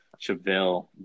Chevelle